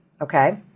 okay